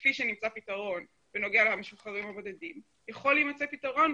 וכפי שנמצא פתרון בנוגע למשוחררים הבודדים יכול להימצא פתרון,